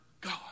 God